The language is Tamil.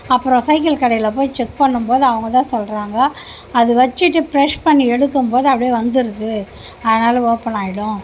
அப்புறம் சைக்கிள் கடையில போய் செக் பண்ணும்போது அவங்கதான் சொல்கிறாங்க அது வச்சுட்டு ப்ரஸ் பண்ணி எடுக்கும் போது அப்படியே வந்துடுது அதனால ஓப்பன் ஆகிடும்